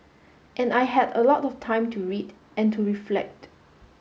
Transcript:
and I had a lot of time to read and to reflect